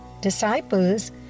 Disciples